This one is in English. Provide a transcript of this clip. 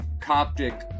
Coptic